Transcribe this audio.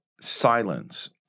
silence